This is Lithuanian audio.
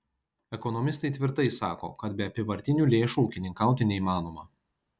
ekonomistai tvirtai sako kad be apyvartinių lėšų ūkininkauti neįmanoma